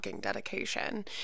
dedication